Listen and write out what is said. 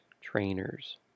trainers